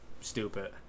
stupid